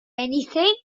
anything